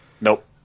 Nope